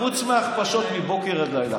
חוץ מהכפשות מבוקר עד לילה.